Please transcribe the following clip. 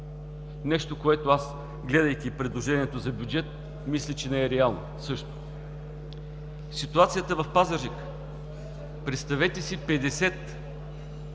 Нещо, което аз, гледайки предложението за бюджет, мисля, че не е реално. Ситуацията в Пазарджик. Представете си 50